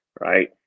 Right